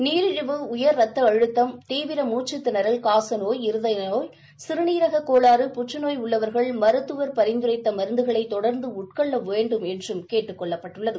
நீரிழிவு உயர் ரத்த அழுத்தம் தீவிர மூச்சுத் திணறல் காசநோய் இருதய நோய் சிறுநீரக கோளாறு புற்றுநோய் உள்ளவர்கள் மருத்துவர் பரிந்துரைத்த மருந்துகளை தொடர்ந்து உட்கொள்ள வேண்டும் என்றும் அரசு கூறியுள்ளது